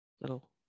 little